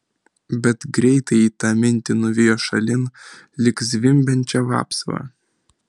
bet greitai tą mintį nuvijo šalin lyg zvimbiančią vapsvą